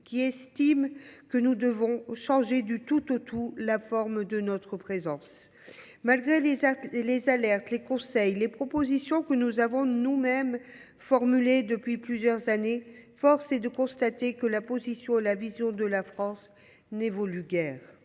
qui estime que nous devons « changer du tout au tout la forme de notre présence ». Malgré les alertes, les conseils, les propositions que nous avons nous mêmes formulées depuis plusieurs années, force est de constater que la position et la vision de la France n’évoluent guère.